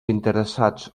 interessats